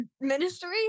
ministry